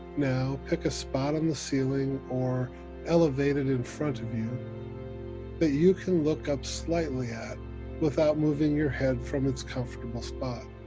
now, pick a spot on the ceiling or elevated in front of you that you can look up slightly at without moving your head from its comfortable spot.